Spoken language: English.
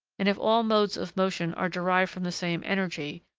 and if all modes of motion are derived from the same energy,